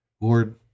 Lord